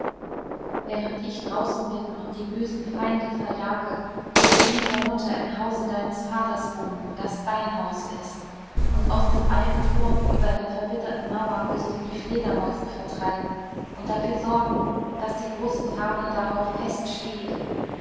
während ich draußen bin und die bösen feinde verjage wirst du mit der mutter im hause deines vaters wohnen das dein haus ist und aus dem alten turm über der verwitterten mauer wirst du die fledermäuse vertreiben und dafür sorgen daß die große fahne darauf feststeht